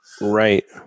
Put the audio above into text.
right